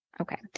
Okay